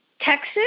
Texas